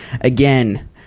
Again